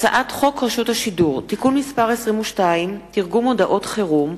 הצעת חוק רשות השידור (תיקון מס' 22) (תרגום הודעות חירום),